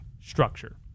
structure